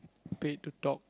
paid to talk